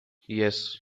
yes